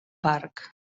parc